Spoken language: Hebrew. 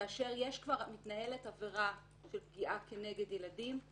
כאשר מתנהלת עבירה של פגיעה כנגד ילדים,